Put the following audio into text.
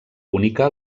única